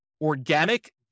organic